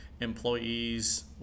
employees